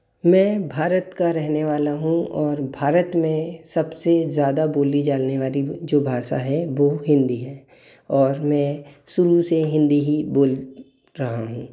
मैं भारत का रहने वाला हूँ और भारत में सब से ज़्यादा बोली जाने वाली जो भाषा है वो हिंदी है और मैं शुरू से हिंदी ही बोल रहा हूँ